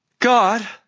God